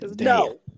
No